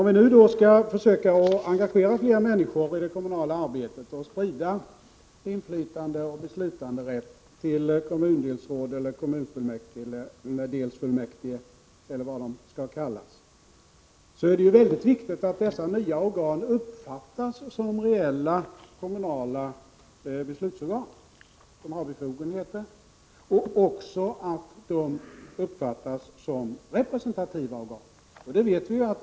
Om vi nu skall försöka engagera fler människor i det kommunala arbetet och sprida inflytande och beslutanderätt till kommundelsråd, kommundelsfullmäktige eller vad de skall kallas, är det viktigt att dessa nya organ uppfattas som reella kommunala beslutsorgan, att de har befogenheter, och även att de uppfattas som representativa organ.